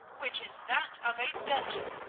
which is that of a dungeon,